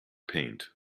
paint